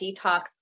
detox